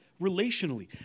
relationally